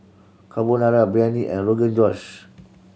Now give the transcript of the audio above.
Carbonara Biryani and Rogan Josh